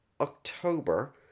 October